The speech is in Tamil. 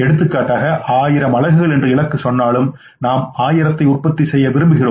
எடுத்துக்காட்டாக 1000 அலகுகள் என்று இலக்கு சொன்னாலும் நாம் 1000 ஐ உற்பத்தி செய்ய விரும்புகிறோம்